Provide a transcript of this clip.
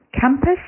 campus